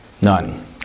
None